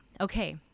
Okay